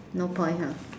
no point ha